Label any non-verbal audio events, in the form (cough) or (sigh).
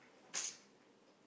(noise)